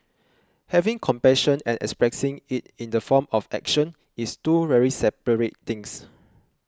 having compassion and expressing it in the form of action is two very separate things